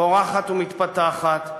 פורחת ומתפתחת,